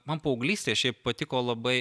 man paauglystėj šiaip patiko labai